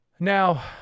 Now